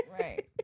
Right